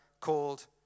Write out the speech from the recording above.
called